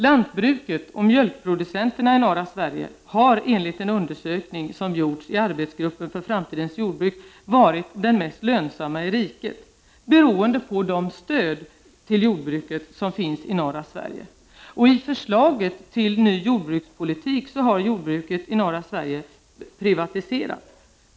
Lantbruket — och mjölkproduktionen — i norra Sverige har enligt en undersökning, som gjorts av arbetsgruppen för framtidens jordbruk, varit det mest lönsamma i riket, beroende på de stöd till jordbruket som finns i norra Sverige. I förslaget till ny jordbrukspolitik har jordbruket i norra Sverige prioriterats.